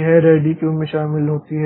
यह ready queue में शामिल होती है